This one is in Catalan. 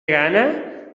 gana